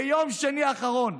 ביום שני האחרון,